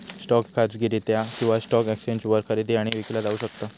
stock खाजगीरित्या किंवा stock एक्सचेंजवर खरेदी आणि विकला जाऊ शकता